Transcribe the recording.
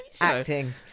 Acting